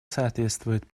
соответствует